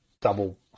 double